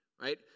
right